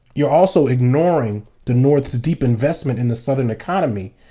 you're also ignoring the north's deep investment in the southern economy,